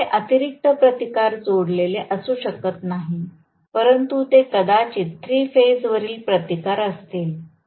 मी येथे अतिरिक्त प्रतिकार जोडलेले असू शकत परंतु ते कदाचित थ्री फेज वरील प्रतिकार असतील